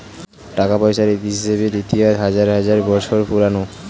টাকা পয়সার হিসেবের ইতিহাস হাজার হাজার বছর পুরোনো